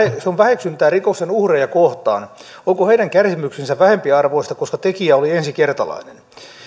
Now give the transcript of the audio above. se on väheksyntää rikoksen uhreja kohtaan onko heidän kärsimyksensä vähempiarvoista koska tekijä oli ensikertalainen